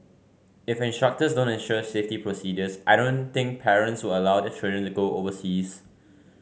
if instructors don't ensure safety procedures I don't think parents will allow their children to go overseas